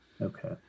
Okay